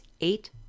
eight